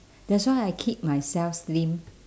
that's why I keep myself slim